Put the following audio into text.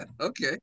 Okay